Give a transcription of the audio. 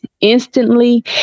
instantly